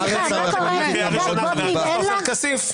האמת שבארץ --- אתה בקריאה ראשונה חבר הכנסת עופר כסיף.